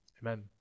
amen